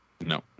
No